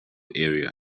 area